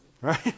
Right